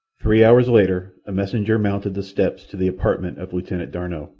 three hours later a messenger mounted the steps to the apartment of lieutenant d'arnot.